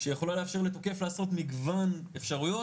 שיכולה לאפשר לתוקף לעשות מגוון אפשריות,